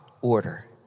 order